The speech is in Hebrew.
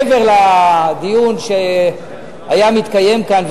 מעבר לדיון שהיה מתקיים כאן,